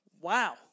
wow